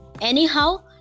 anyhow